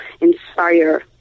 inspire